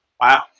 Wow